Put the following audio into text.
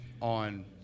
on